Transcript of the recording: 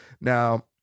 now